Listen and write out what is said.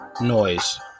noise